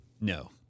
No